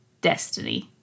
Destiny